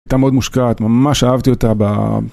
הייתה מאוד מושקעת, ממש אהבתי אותה.